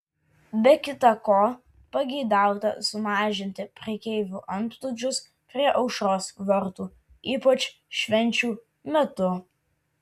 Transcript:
be kita ko pageidauta sumažinti prekeivių antplūdžius prie aušros vartų ypač švenčių metu